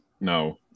No